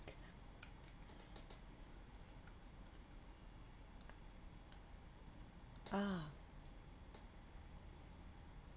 ah